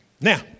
now